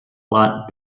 lot